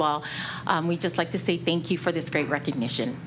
well and we just like to say thank you for this great recognition